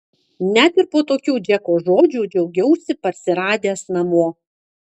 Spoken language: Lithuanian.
net ir po tokių džeko žodžių džiaugiausi parsiradęs namo